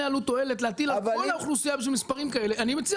עלות-תועלת להטיל על כל האוכלוסייה בשביל מספרים כאלה אני מציע